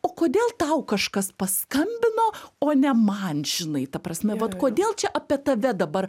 o kodėl tau kažkas paskambino o ne man žinai ta prasme vat kodėl čia apie tave dabar